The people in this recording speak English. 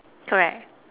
correct